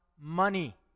Money